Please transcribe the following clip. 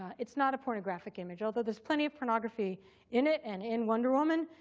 it's not a pornographic image. although there's plenty of pornography in it and in wonder woman,